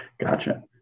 gotcha